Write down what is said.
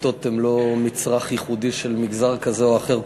פיתות הן לא מצרך ייחודי של מגזר כזה או אחר.